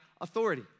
authority